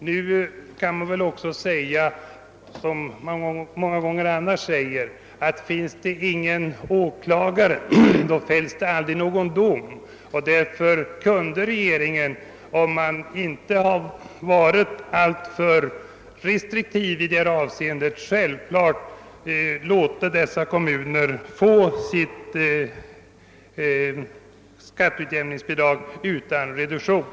Nu kan man också säga, liksom många gånger annars, att om det inte finns någon åklagare så fälls det aldrig någon dom. Därför hade regeringen, om man inte varit alltför restriktiv i detta avseende, självfallet kunnat låta dessa kommuner få sitt skatteutjämningsbidrag uan reduktion.